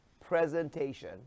presentation